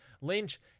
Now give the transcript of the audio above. Lynch